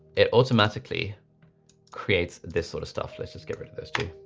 it automatically creates this sort of stuff. let's just get rid of those two.